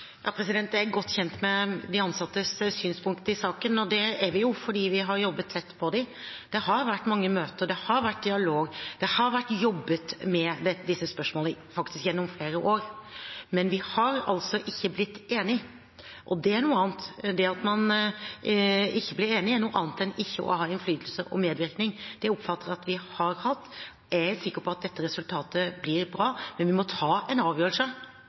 Jeg er godt kjent med de ansattes synspunkt i saken, og det er vi fordi vi har jobbet tett på dem. Det har vært mange møter. Det har vært dialog. Det har vært jobbet med disse spørsmålene gjennom flere år, men vi har ikke blitt enige, og det er noe annet. Det at man ikke blir enige, er noe annet enn ikke å ha innflytelse og medvirkning. Det oppfatter jeg at de har hatt. Jeg er sikker på at dette resultatet blir bra, men vi må ta en avgjørelse.